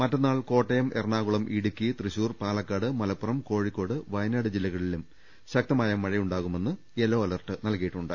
മറ്റന്നാൾ കോട്ടയം എറണാകുളം ഇടുക്കി തൃശൂർ പാലക്കാട് മലപ്പുറം കോഴിക്കോട് വയനാട് ജില്ലകളിലും ശക്തമായ മഴയുണ്ടാകുമെന്ന യെല്ലോ അലർട്ട് നൽകിയിട്ടുണ്ട്